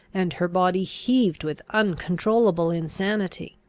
and her body heaved with uncontrollable insanity.